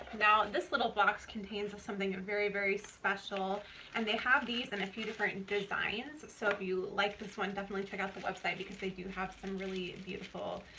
now this little box contains something very, very special and they have these in a few different and designs, so if you like this one, definitely check out the website because they do have some really beautiful,